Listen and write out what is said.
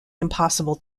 impossible